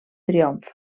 triomf